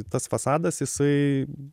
tas fasadas jisai